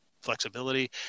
flexibility